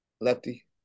lefty